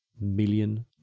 million